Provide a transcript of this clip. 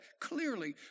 clearly